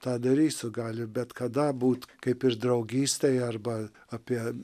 tą darysiu gali bet kada būti kaip ir draugystėj arba apie